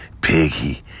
piggy